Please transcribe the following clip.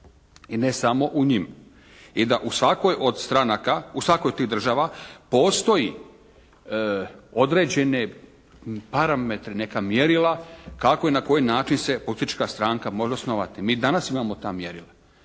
i ne samo u njima. I da u svakoj od stranaka, u svakoj od tih država postoje određeni parametri, neka mjerila kako i na koji način se politička stranka može osnovati. Mi danas imamo ta mjerila,